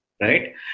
right